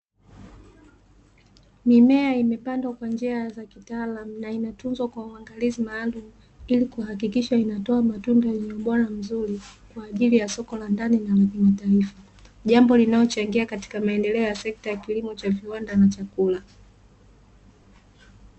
Mimea imepandwa kwa njia za kitaalamu na inatuzwa kwa njia maalumu ili kuhakikisha inatoa matunda yenye ubora mzuri kwa ajili ya soko la ndani na kimataifa, jambo linalochangia katika maendeleo ya sekta ya viwanda na chakula.